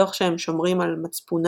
תוך שהם שומרים על "מצפונם"